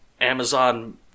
Amazon